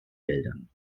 geldern